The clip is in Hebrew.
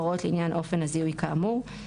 הוראות לעניין אופן הזיהוי כאמור.